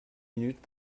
minutes